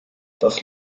das